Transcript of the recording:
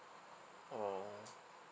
orh